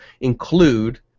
include